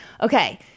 Okay